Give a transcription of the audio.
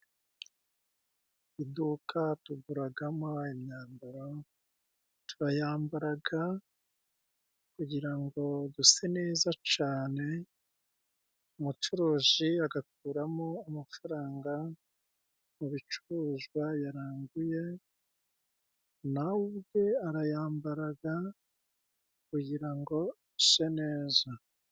Iduka tuguragamo imyambaro, turayambaraga kugira ngo duse neza cane, umucuruzi agakuramo amafaranga mu bicuruzwa yaranguye, nawe ubwe arayambaraga kugira ngo ase neza.